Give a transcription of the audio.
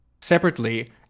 separately